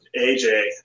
AJ